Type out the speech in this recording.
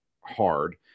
hard